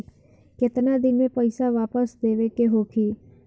केतना दिन में पैसा वापस देवे के होखी?